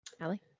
Allie